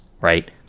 right